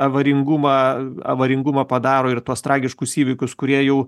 avaringumą avaringumą padaro ir tuos tragiškus įvykius kurie jau